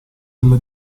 della